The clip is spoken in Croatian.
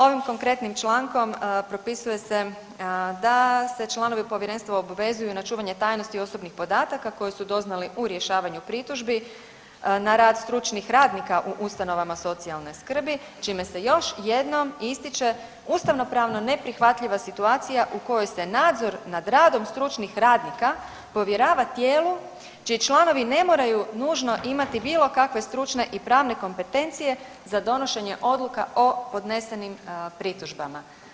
Ovim konkretnim člankom propisuje se da se članovi povjerenstva obvezuju na čuvanje tajnosti osobnih podataka koje su doznali u rješavanju pritužbi na rad stručnih radnika u ustanovama socijalne skrbi čime se još jednom ističe ustavno-pravna neprihvatljiva situacija u kojoj se nadzor nad radom stručnih radnika povjerava tijelu čiji članovi ne moraju nužno imati bilo kakve stručne i pravne kompetencije za donošenje odluka o podnesenim pritužbama.